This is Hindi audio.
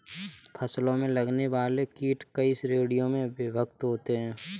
फसलों में लगने वाले कीट कई श्रेणियों में विभक्त होते हैं